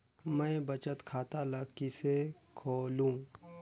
मैं बचत खाता ल किसे खोलूं?